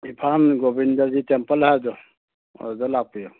Imphal Govindaji temple ꯍꯥꯏꯕꯗꯣ ꯑꯗꯨꯗ ꯂꯥꯛꯄꯤꯌꯨ